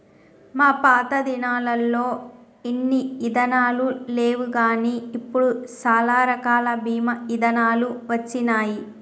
మా పాతదినాలల్లో ఇన్ని ఇదానాలు లేవుగాని ఇప్పుడు సాలా రకాల బీమా ఇదానాలు వచ్చినాయి